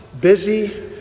busy